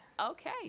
okay